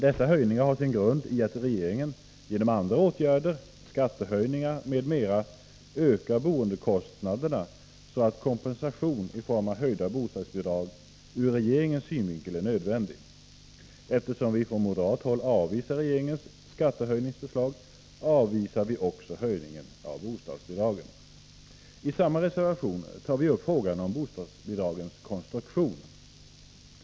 Dessa höjningar har sin grund i att regeringen genom andra åtgärder, skattehöjningar m. m, ökar boendekostnaderna, så att kompensation i form av höjda bostadsbidrag ur regeringens synvinkel är nödvändig. Eftersom vi från moderat håll avvisar regeringens skattehöjningsförslag, avvisar vi i reservationerna 1 och 2 också höjningen av bostadsbidragen. I reservation 2 tar vi också upp frågan om bostadsbidragens konstruktion.